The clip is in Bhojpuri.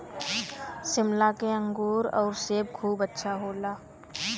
शिमला के अंगूर आउर सेब खूब अच्छा होला